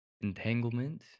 entanglement